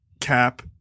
cap